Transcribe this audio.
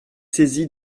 saisie